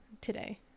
today